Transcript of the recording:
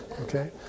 Okay